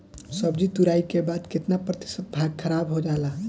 सब्जी तुराई के बाद केतना प्रतिशत भाग खराब हो जाला?